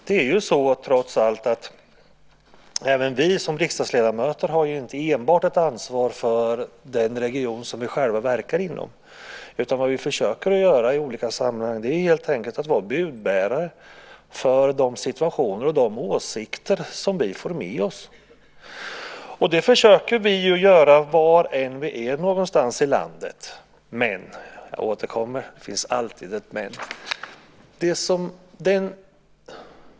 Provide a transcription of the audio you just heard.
Men trots allt har inte heller vi riksdagsledamöter ett ansvar enbart för den region som vi själva verkar inom, utan vad vi i olika sammanhang försöker göra är att helt enkelt vara budbärare vad gäller de situationer och åsikter som vi får med oss. Detta försöker vi göra var i landet vi än är. Dock - jag återkommer till detta - finns det alltid ett men.